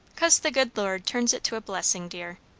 cause the good lord turns it to blessing, dear.